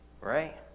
right